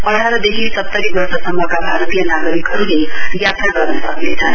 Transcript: अठारदेखि सतरी वर्षसम्मका भारतीय नागरिकहरूले यात्रा गर्न सक्नेछन्